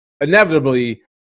inevitably